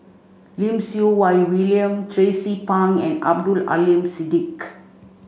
Lim Siew Wai William Tracie Pang and Abdul Aleem Siddique